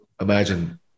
imagine